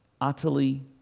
Utterly